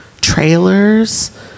Trailers